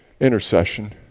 Intercession